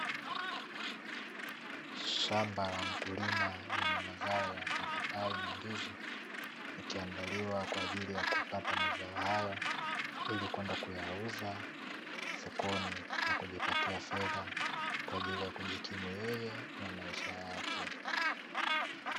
Shamba la mkulima lenye mazao ya mapapai na ndizi, likiandaliwa kwa ajili ya kupata mazao hayo ili, kwenda kuyauza sokoni na kujipatia fedha kwa ajili ya kujikimu yeye na maisha yake.